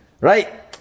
Right